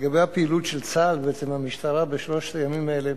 לגבי הפעילות של צה"ל ושל המשטרה בשלושת הימים האלה: